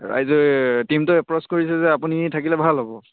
ৰাইজে টীমটোৱে এপ্ৰ'চ কৰিছে যে আপুনি থাকিলে ভাল হ'ব